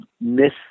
miss